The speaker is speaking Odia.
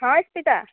ହଁ ଇସ୍ପିତା